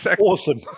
awesome